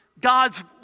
God's